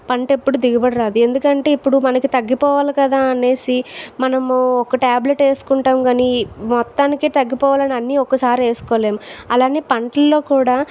పంట ఎప్పుడు దిగుబడి రాదు ఎందుకంటే ఇప్పుడు మనకు తగ్గిపోవాలి కదా అనేసి మనము ఒక టాబ్లెట్ వేసుకుంటాము కానీ మొత్తానికి తగ్గిపోవాలని అన్ని ఒకసారి వేసుకోలేము అలానే పంటల్లో కూడా